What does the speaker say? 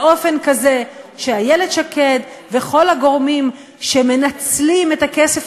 באופן כזה שאיילת שקד וכל הגורמים שמנצלים את הכסף